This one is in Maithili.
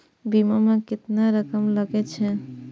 बीमा में केतना रकम लगे छै?